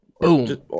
boom